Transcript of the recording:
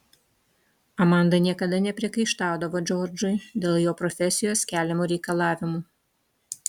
amanda niekada nepriekaištaudavo džordžui dėl jo profesijos keliamų reikalavimų